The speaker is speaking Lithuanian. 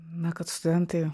na kad studentai